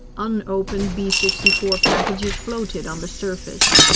unopened b sixty four packages floated on the surface.